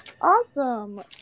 awesome